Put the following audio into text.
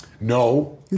No